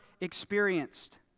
experienced